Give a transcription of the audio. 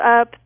up